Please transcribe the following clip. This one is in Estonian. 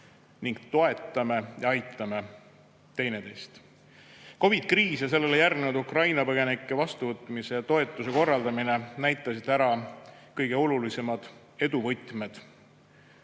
ning toetame ja aitame üksteist. COVID‑i kriis ja sellele järgnenud Ukraina põgenike vastuvõtmise ja toetuse korraldamine näitasid ära kõige olulisemad eduvõtmed,